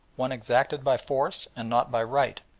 one exacted by force and not by right,